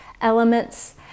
elements